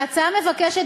ההצעה מבקשת,